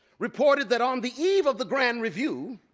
reported that on the eve of the grand review,